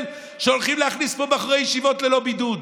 שהולכים להכניס לפה בחורי ישיבות ללא בידוד.